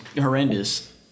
horrendous